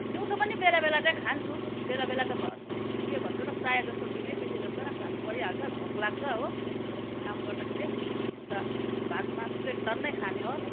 दिउँसो पनि बेला बेला चाहिँ खान्छु बेला बेला भन्नु त के भन्नु र प्रायः जस्तो दिनैपिछे जस्तो खानु परिहाल्छ भोक लाग्छ हो काम गर्दाखेरि अन्त भात मासु चाहिँ टन्नै खाने हो